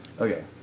Okay